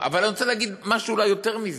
אבל אני רוצה להגיד משהו אולי יותר מזה: